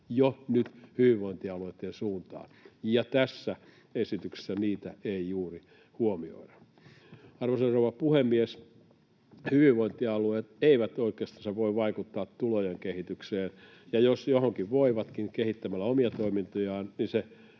jo nyt hyvinvointialueitten suuntaan, ja tässä esityksessä niitä ei juuri huomioida. Arvoisa rouva puhemies! Hyvinvointialueet eivät oikeastaan voi vaikuttaa tulojen kehitykseen, ja jos johonkin voivatkin kehittämällä omia toimintojaan,